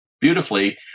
beautifully